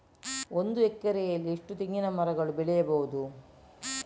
ಒಂದು ಎಕರೆಯಲ್ಲಿ ಎಷ್ಟು ತೆಂಗಿನಮರಗಳು ಬೆಳೆಯಬಹುದು?